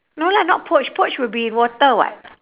no lah not poached poached would be in water [what]